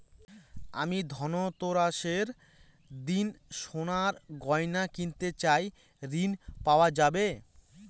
আমি ধনতেরাসের দিন সোনার গয়না কিনতে চাই ঝণ পাওয়া যাবে?